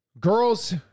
Girls